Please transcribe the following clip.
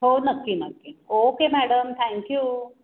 हो नक्की नक्की ओके मॅडम थँक्यू